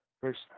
First